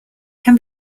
can